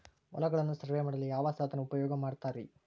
ಹೊಲಗಳನ್ನು ಸರ್ವೇ ಮಾಡಲು ಯಾವ ಸಾಧನ ಉಪಯೋಗ ಮಾಡ್ತಾರ ರಿ?